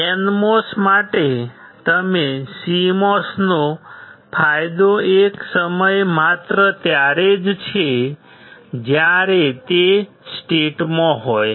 NMOS માટે અને CMOS નો ફાયદો એક સમયે માત્ર ત્યારે જ છે જ્યારે તે સ્ટેટમાં હોય